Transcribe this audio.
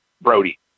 Brody